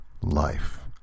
life